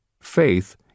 faith